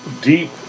deep